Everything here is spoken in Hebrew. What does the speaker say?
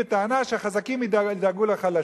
בטענה שהחזקים ידאגו לחלשים.